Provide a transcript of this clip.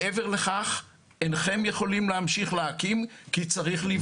מעבר לכך אינכם יכולים להמשיך להקים כי צריך לבחון".